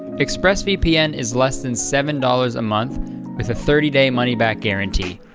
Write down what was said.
express vpn is less than seven dollars a month with a thirty day money-back guarantee.